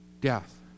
death